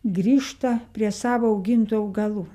grįžta prie savo augintų augalų